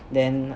then